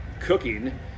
cooking